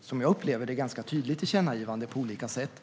som jag upplever det, ganska tydligt tillkännagivande på olika sätt.